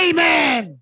Amen